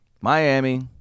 Miami